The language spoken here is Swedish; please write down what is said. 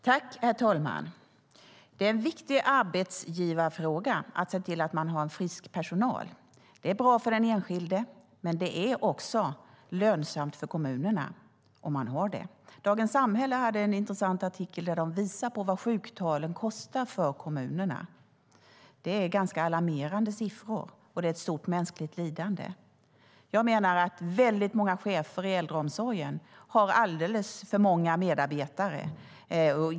Herr talman! Det är en viktig arbetsgivarfråga att se till att man har en frisk personal. Det är bra för den enskilde men också lönsamt för kommunerna. Dagens Samhälle hade en intressant artikel där de visade vad sjuktalen kostar för kommunerna. Det är ganska alarmerande siffror, och det är ett stort mänskligt lidande. Jag menar att väldigt många chefer i äldreomsorgen har alldeles för många medarbetare.